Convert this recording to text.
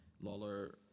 Lawler